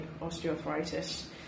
osteoarthritis